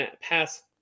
pass